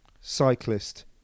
cyclist